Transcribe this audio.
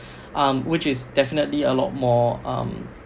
um which is definitely a lot more um